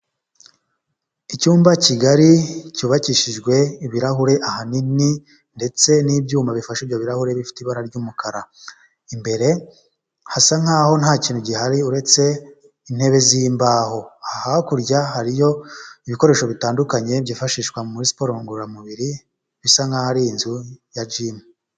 Icyumba kigari cyubakishijwe ibirahure ahanini ndetse n'ibyuma bifashe ibyo birarahure bifite ibara ry'umukara imbere hasa nk'aho ntakintu gihari uretse intebe z'imbaho hakurya hariyo ibikoresho bitandukanye byifashishwa muri siporo ngororamubiri bisa nk'aho ari inzu ya jimu.